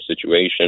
situation